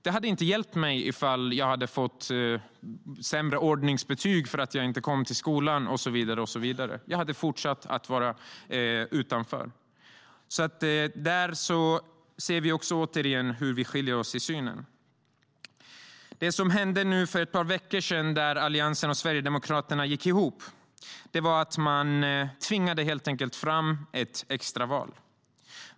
Det hade inte hjälpt mig ifall jag hade fått sämre ordningsbetyg på grund av att jag inte kom till skolan och så vidare. Jag hade fortsatt att vara utanför. Även där kan vi se skillnaden mellan våra synsätt. När Alliansen och Sverigedemokraterna gick ihop för ett par veckor sedan tvingade de helt enkelt fram ett extra val.